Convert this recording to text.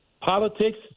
politics